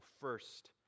First